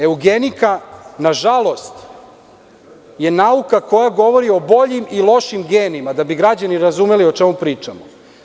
Eugenika, nažalost, je nauka koja govori o boljim i lošim genima, da bi građani razumeli o čemu pričamo.